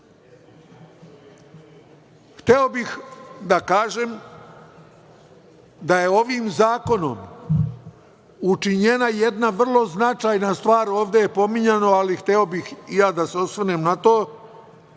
bih da kažem da je ovim zakonom učinjena jedna vrlo značajna stvar, ovde je pominjano, ali hteo bih i ja da se osvrnem na to,